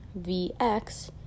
Vx